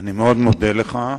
אני מאוד מודה לך.